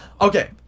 Okay